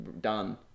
done